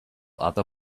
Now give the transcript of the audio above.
other